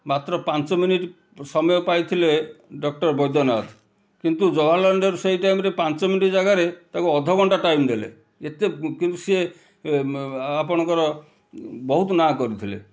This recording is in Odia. ମାତ୍ର ପାଞ୍ଚ ମିନିଟ୍ ସମୟ ପାଇଥିଲେ ଡକ୍ଟର୍ ବୈଦ୍ୟନାଥ କିନ୍ତୁ ଜବାହାରଲାଲ ନେହେରୁଙ୍କ ସେଇ ଟାଇମ୍ରେ ପାଞ୍ଚ ମିନିଟ୍ ଜାଗାରେ ତାଙ୍କୁ ଅଧଘଣ୍ଟା ମିନିଟ୍ ଦେଲେ ଏତେ କିନ୍ତୁ ସିଏ ଆପଣଙ୍କର ବହୁତ ନାଁ କରିଥିଲେ